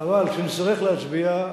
אבל כשנצטרך להצביע,